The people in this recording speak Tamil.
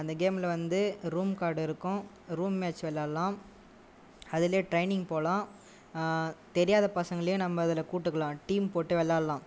அந்த கேமில் வந்து ரூம் கார்டு இருக்கும் ரூம் மேட்ச் விளையாட்லாம் அதில் ட்ரைனிங் போகலாம் தெரியாத பசங்களையும் நம்ம அதில் கூப்பிட்டுக்கலாம் டீம் போட்டு விளையாட்லாம்